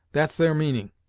that's their meaning,